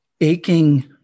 aching